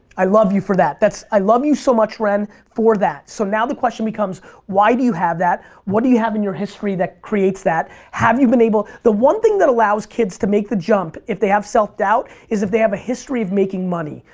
i love you for that. i love you so much, ren, for that. so now the question becomes why do you have that? what do you have in your history that creates that? have you been able, the one thing that allows kids to make the jump if they have self doubt is if they have a history of making money.